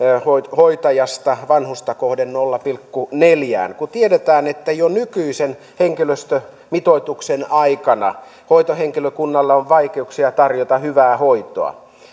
hoitajasta vanhusta kohden nolla pilkku neljään kun tiedetään että jo nykyisen henkilöstömitoituksen aikana hoitohenkilökunnalla on vaikeuksia tarjota hyvää hoitoa